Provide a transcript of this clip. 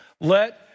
let